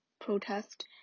protest